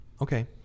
okay